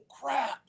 crap